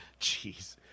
Jeez